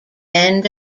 end